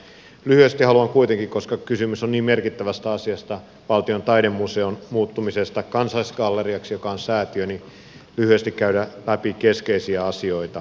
lyhyesti haluan kuitenkin koska kysymys on niin merkittävästä asiasta valtion taidemuseon muuttumisesta kansallisgalleriaksi joka on säätiö käydä läpi keskeisiä asioita